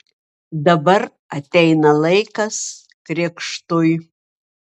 dabar ateina laikas krikštui